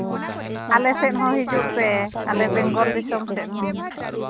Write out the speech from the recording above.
ᱟᱞᱮ ᱥᱮᱫ ᱦᱚᱸ ᱦᱤᱡᱩᱜ ᱯᱮ ᱟᱞᱮ ᱵᱮᱝᱜᱚᱞ ᱫᱤᱥᱚᱢ ᱥᱮᱫ ᱦᱚᱸ